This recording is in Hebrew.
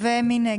מי נגד?